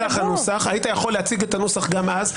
היית יכול להציג את הנוסח גם אז.